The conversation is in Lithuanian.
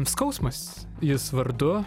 skausmas jis vardu